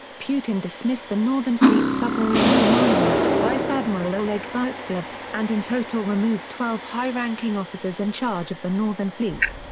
putin dismissed the northern fleet's submarine commander, vice admiral oleg burtsev, and in total removed twelve high-ranking officers in charge of the northern fleet.